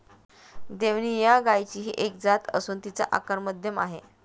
देवणी या गायचीही एक जात असून तिचा आकार मध्यम आहे